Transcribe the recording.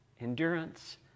Endurance